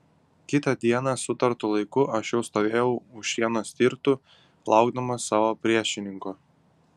kitą dieną sutartu laiku aš jau stovėjau už šieno stirtų laukdamas savo priešininko